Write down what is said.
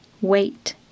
wait